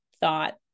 thought